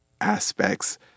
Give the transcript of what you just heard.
aspects